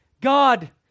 God